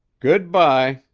good-bye.